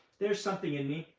there's something in me